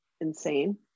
insane